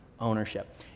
ownership